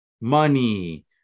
money